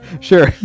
Sure